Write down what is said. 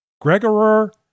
Gregor